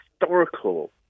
historical